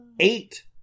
Eight